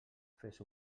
fes